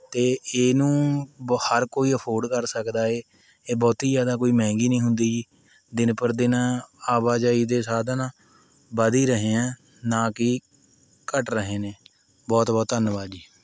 ਅਤੇ ਇਹ ਨੂੰ ਬ ਹਰ ਕੋਈ ਅਫੋਡ ਕਰ ਸਕਦਾ ਏ ਇਹ ਬਹੁਤੀ ਜ਼ਿਆਦਾ ਕੋਈ ਮਹਿੰਗੀ ਨਹੀਂ ਹੁੰਦੀ ਜੀ ਦਿਨ ਪਰ ਦਿਨ ਆਵਾਜਾਈ ਦੇ ਸਾਧਨ ਵੱਧ ਹੀ ਰਹੇ ਐਂ ਨਾ ਕਿ ਘੱਟ ਰਹੇ ਨੇ ਬਹੁਤ ਬਹੁਤ ਧੰਨਵਾਦ ਜੀ